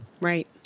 Right